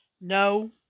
no